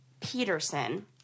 Peterson